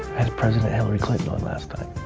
had president hillary clinton on last time,